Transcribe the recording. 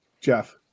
jeff